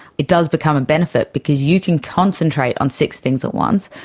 it does become a benefit because you can concentrate on six things at once,